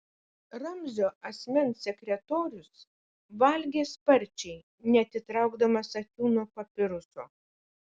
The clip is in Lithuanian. ramzio asmens sekretorius valgė sparčiai neatitraukdamas akių nuo papiruso